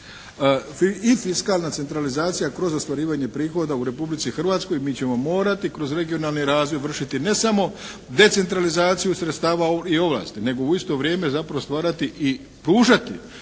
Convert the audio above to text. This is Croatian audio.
i fiskalna centralizacija kroz ostvarivanje prihoda u Republici Hrvatskoj. Mi ćemo morati kroz regionalni razvoj vršiti ne samo decentralizaciju sredstava i ovlasti, nego u isto vrijeme zapravo stvarati i pružati